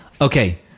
Okay